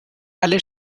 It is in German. alle